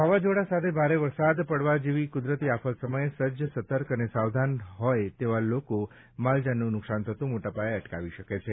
વાવાઝોડા સાથે ભારે વરસાદ પડવા જેવી કુદરતી આફત સમયે સજ્જ સતર્ક અને સાવધાન હોય તેવા લોકો જાનમાલનું નુકશાન થતું મોટાપાયે અટકાવી શકે છે